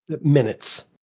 minutes